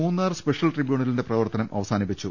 Munnar special ട്രിബ്യുണലിന്റെ പ്രവർത്തനം അവസാനിപ്പിച്ചു